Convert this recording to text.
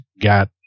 got